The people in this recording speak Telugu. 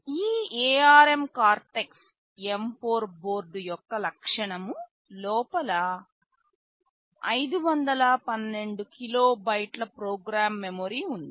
ఈ ARM కార్టెక్స్ M4 బోర్డు యొక్క లక్షణం లోపల 512 కిలోబైట్ల ప్రోగ్రామ్ మెమరీ ఉంది